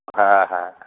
হ্যাঁ হ্যাঁ